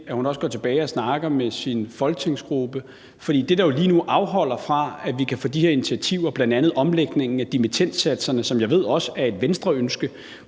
at hun også går tilbage og snakker med sin folketingsgruppe. For det, der jo lige nu afholder de her initiativer, bl.a. omlægningen af dimittendsatserne, som jeg ved også er et Venstreønske,